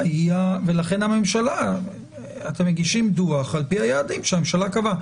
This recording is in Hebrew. לכן אתם מגישים דוח על פי היעדים שהממשלה קבעה.